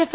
F